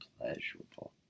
pleasurable